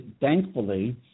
thankfully